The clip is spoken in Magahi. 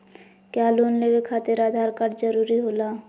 क्या लोन लेवे खातिर आधार कार्ड जरूरी होला?